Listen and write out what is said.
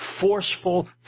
forceful